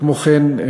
כמו כן,